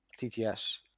TTS